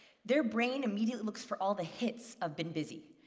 their brain immediately looks for all the hits of been busy.